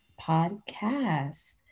podcast